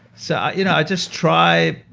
so i you know i just try.